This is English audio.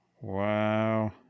wow